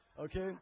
okay